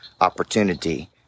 opportunity